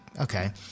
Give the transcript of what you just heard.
okay